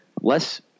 less